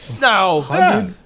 No